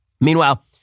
meanwhile